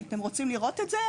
אתם רוצים לראות זאת?